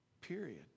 period